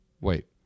Wait